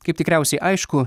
kaip tikriausiai aišku